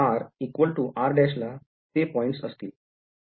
r r ला ते points असतील ठीक